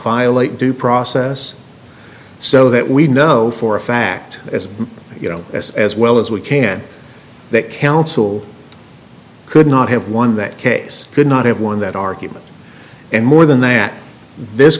violate due process so that we know for a fact as you know as as well as we can that counsel could not have won that case could not have won that argument and more than that this